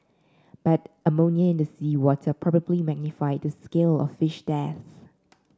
but ammonia in the seawater probably magnified the scale of fish deaths